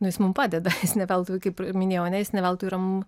nu jis mum padeda jis ne veltui kaip ir minėjau ar ne jis ne veltui yra mum